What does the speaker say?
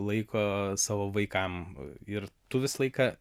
laiko savo vaikam ir tu visą laiką